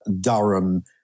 Durham